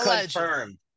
Confirmed